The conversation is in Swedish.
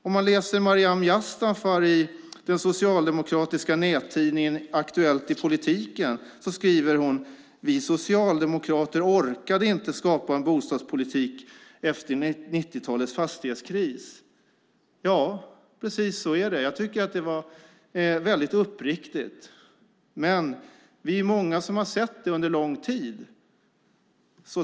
Om man läser Maryam Yazdanfar i den socialdemokratiska nättidningen Aktuellt i politiken skriver hon: Vi socialdemokrater orkade inte skapa en bostadspolitik efter 90-talets fastighetskris. Ja, precis så är det. Jag tycker att det var väldigt uppriktigt. Vi är många som har sett det under lång tid.